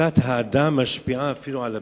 שהשחתת האדם משפיעה אפילו על הבהמה.